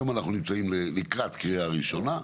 היום אנחנו בהכנה לקריאה ראשונה,